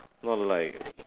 not like